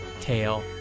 tail